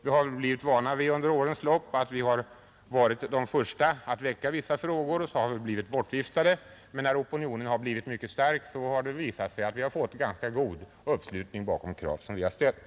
Vi har under årens lopp blivit vana vid att vi varit de första att framföra vissa frågor, varpå vi blivit bortviftade, men när opinionen senare blivit mycket stark, har det visat sig att vi fått stor uppslutning bakom de krav vi ställt.